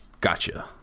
Gotcha